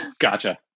Gotcha